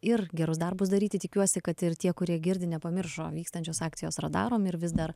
ir gerus darbus daryti tikiuosi kad ir tie kurie girdi nepamiršo vykstančios akcijos radarom ir vis dar